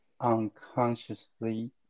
unconsciously